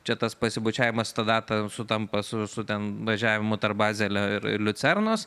čia tas pasibučiavimas ta data sutampa su su ten važiavimu tarp bazelio ir liucernos